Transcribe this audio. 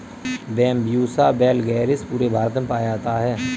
Bambusa vulgaris पूरे भारत में पाया जाता है